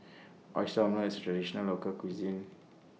Oyster Omelette IS A Traditional Local Cuisine